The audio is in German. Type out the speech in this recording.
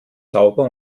sauber